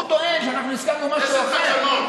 הוא טוען שאנחנו הסכמנו משהו אחר.